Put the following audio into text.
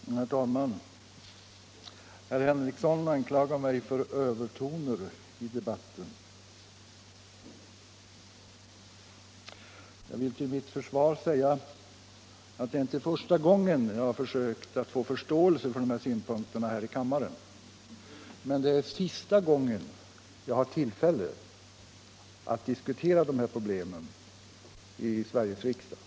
Herr talman! Herr Henrikson anklagar mig för att ta till övertoner i debatten. Jag vill till mitt försvar säga att det inte är första gången jag försökt vinna förståelse för dessa synpunkter här i kammaren. Men det är sista gången jag har tillfälle att diskutera dessa problem i Sveriges riksdag.